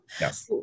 yes